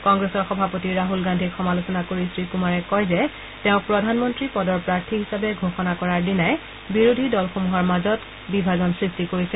কংগ্ৰেছৰ সভাপতি ৰাহুল গান্ধীক সমালোচনা কৰি শ্ৰীকুমাৰে কয় যে তেওঁক প্ৰধানমন্ত্ৰী পদৰ প্ৰাৰ্থী হিচাপে ঘোষণা কৰাৰ দিনাই বিৰোধী দলসমূহৰ মাজত বিভাজন সৃষ্টি কৰিছে